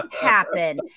happen